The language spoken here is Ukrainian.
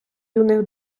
юних